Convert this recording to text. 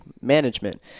management